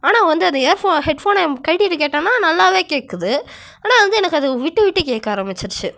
ஆனால் வந்து அது இயர்ஃபோன் ஹெட்ஃபோனை கழட்டிவிட்டு கேட்டோம்ன்னா நல்லாவே கேட்குது ஆனால் வந்து எனக்கு அது விட்டு விட்டு கேட்க ஆரமிச்சிடிச்சு